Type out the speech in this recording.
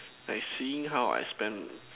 I seeing how I spend